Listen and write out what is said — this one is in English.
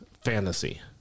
fantasy